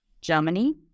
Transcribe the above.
Germany